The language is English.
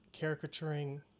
caricaturing